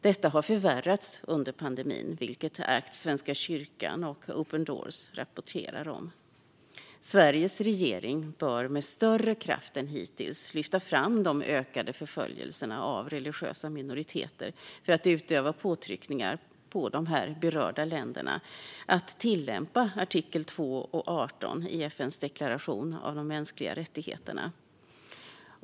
Detta har förvärrats under pandemin, vilket Act Svenska kyrkan och Open Doors rapporterar om. Sveriges regering bör med större kraft än hittills lyfta fram de ökade förföljelserna av religiösa minoriteter och utöva påtryckningar på de berörda länderna att tillämpa artiklarna 2 och 18 i FN:s deklaration om de mänskliga rättigheterna.